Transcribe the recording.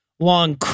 long